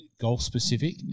golf-specific